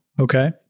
Okay